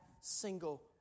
single